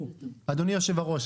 אדוני היושב ראש,